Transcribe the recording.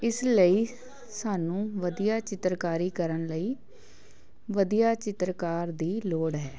ਇਸ ਲਈ ਸਾਨੂੰ ਵਧੀਆ ਚਿੱਤਰਕਾਰੀ ਕਰਨ ਲਈ ਵਧੀਆ ਚਿੱਤਰਕਾਰ ਦੀ ਲੋੜ ਹੈ